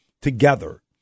together